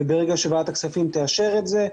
וברגע שוועדת הכספים תאשר את זה,